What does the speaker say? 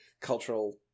cultural